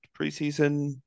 preseason